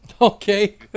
okay